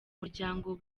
muryango